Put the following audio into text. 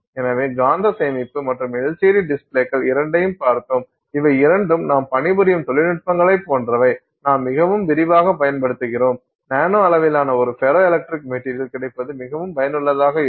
எனவே காந்த சேமிப்பு மற்றும் LCD டிஸ்ப்ளேக்கள் இரண்டையும் பார்த்தோம் இவை இரண்டும் நாம் பணிபுரியும் தொழில்நுட்பங்களைப் போன்றவை நாம் மிகவும் விரிவாகப் பயன்படுத்துகிறோம் நானோ அளவிலான ஒரு ஃபெரோ எலக்ட்ரிக் மெட்டீரியல் கிடைப்பது மிகவும் பயனுள்ளதாக இருக்கும்